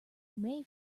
may